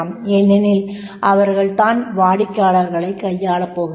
ஏனெனில் அவர்கள் தான் வாடிக்கையாளர்களைக் கையாளப் போகிறார்கள்